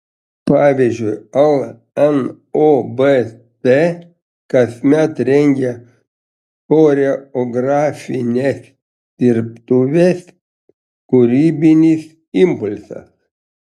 pavyzdžiui lnobt kasmet rengia choreografines dirbtuves kūrybinis impulsas